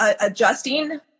adjusting